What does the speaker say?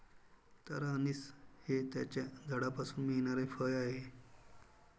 तारा अंनिस हे त्याच्या झाडापासून मिळणारे फळ आहे